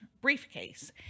briefcase